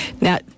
Now